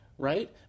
Right